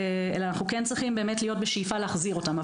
אלא אנחנו כן צריכים להיות באמת בשאיפה להחזיר אותם.